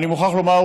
אני מוכרח לומר,